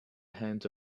hand